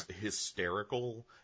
hysterical